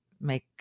make